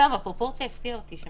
סתם, הפרופורציה הפתיעה אותי.